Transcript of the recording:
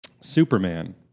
Superman